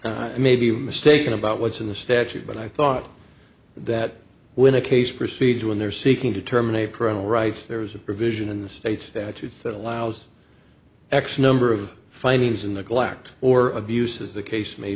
low i may be mistaken about what's in the statute but i thought that when a case proceeds when they're seeking to terminate parental rights there's a provision in the state statutes that allows x number of findings in the black or abuses the case may